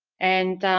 and.